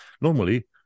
normally